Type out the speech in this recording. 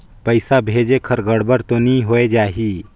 पइसा भेजेक हर गड़बड़ तो नि होए जाही?